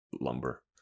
lumber